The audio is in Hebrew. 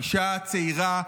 אישה צעירה,